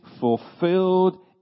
fulfilled